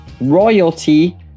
royalty